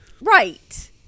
Right